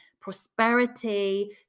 prosperity